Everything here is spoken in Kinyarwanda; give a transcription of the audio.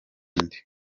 nde